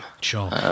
Sure